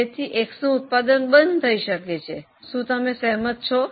તેથી X નું ઉત્પાદન બંધ થઈ શકે છે શું તમે સહમત થાઓ છો